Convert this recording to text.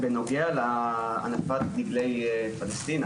בנוגע להנפת דגלי פלסטין,